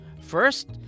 First